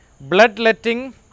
Bloodletting